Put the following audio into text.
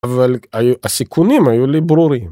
אבל הסיכונים היו לי ברורים.